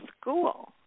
school